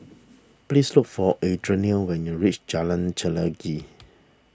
please look for Adrianne when you reach Jalan Chelagi